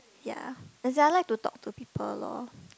ya as in I like to talk to people loh